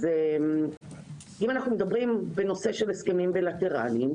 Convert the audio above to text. אז אם אנחנו מדברים על נושא של הסכמים בילטרליים,